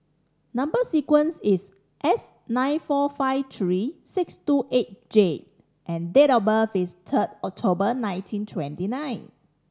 number sequence is S nine four five three six two eight J and date of birth is third October nineteen twenty nine